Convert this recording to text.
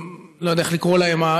לא יודע איך לקרוא להם,